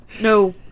No